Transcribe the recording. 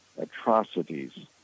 atrocities